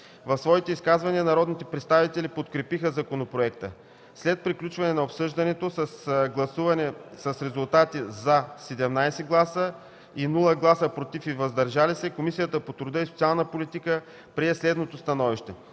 В своите изказвания народните представители подкрепиха законопроекта. След приключване на обсъждането и гласуване с резултати: „за” – 17 гласа и нула гласа „против” и „въздържали се”, Комисията по труда и социалната политика прие следното становище: